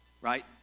right